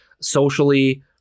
socially